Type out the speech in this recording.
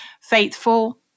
faithful